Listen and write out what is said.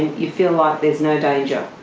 you feel like there's no danger?